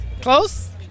Close